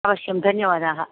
अवश्यं धन्यवादाः